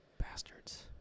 Bastards